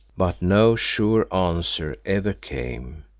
but no sure answer ever came,